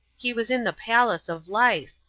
he was in the palace of life,